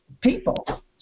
people